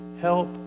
help